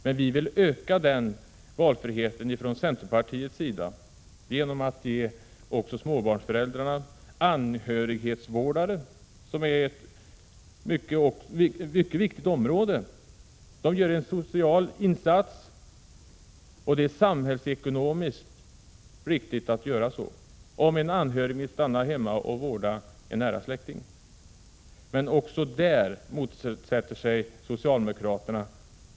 Från centerpartiets sida vill vi emellertid öka valfriheten genom att ge också småbarnsföräldrarna anhörighetsvårdare, som är någonting mycket viktigt. Anhörighetsvårdarna gör en social insats. Det är också samhällsekonomiskt riktigt, om en anhörig vill stanna hemma och vårda en nära släkting. Men även den här möjligheten motsätter sig socialdemokraterna.